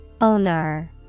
Owner